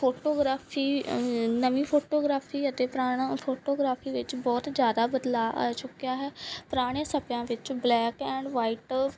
photography ਨਵੀਂ photography ਅਤੇ ਪੁਰਾਣੀ ਫੋਟੋਗਰਾਫੀ ਵਿੱਚ ਬਹੁਤ ਜ਼ਿਆਦਾ ਬਦਲਾਅ ਆ ਚੁੱਕਿਆ ਹੈ ਪੁਰਾਣੇ ਸਮਿਆਂ ਵਿੱਚ ਬਲੈਕ ਐਂਡ ਵਾਈਟ